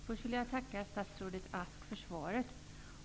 Herr talman! Först vill jag tacka statsrådet Ask för svaret.